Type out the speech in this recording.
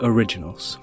Originals